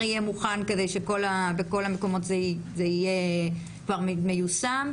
מוכן כדי שבכל המקומות זה יהיה כבר מיושם?